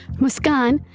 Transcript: mushkan,